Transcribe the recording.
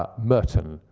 um merton,